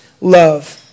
love